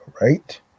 right